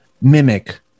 mimic